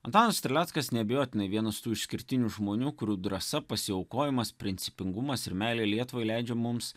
antanas terleckas neabejotinai vienas tų išskirtinių žmonių kurių drąsa pasiaukojimas principingumas ir meilė lietuvai leidžia mums